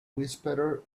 whisperer